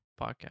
podcast